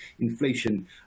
inflation